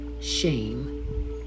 shame